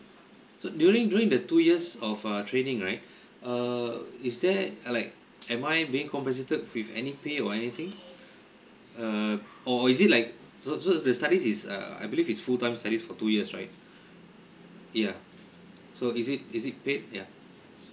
so during during the two years of uh training right err is there uh like am I being compensated with any pay or anything uh or is it like so so the study is uh I believe is full times study for two years right yeah so is it is it paid yeah